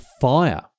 fire